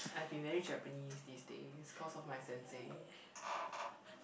I've been very Japanese these days cause of my sensei